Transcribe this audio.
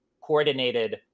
coordinated